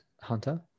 hunter